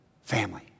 family